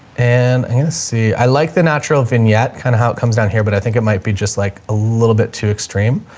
and to see, i like the natural vignette, kind of how it comes down here, but i think it might be just like a little bit too extreme.